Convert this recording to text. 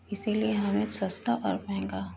इसलिए हमें सस्ता और महंगा